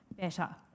better